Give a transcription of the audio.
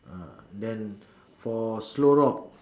ah then for slow rock